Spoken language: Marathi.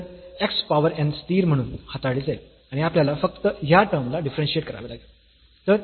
तर x पावर n स्थिर म्हणून हाताळले जाईल आणि आपल्याला फक्त ह्या टर्मला डीफरन्शीयेट करावे लागेल